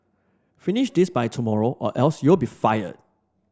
finish this by tomorrow or else you'll be fired